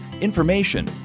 information